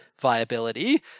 viability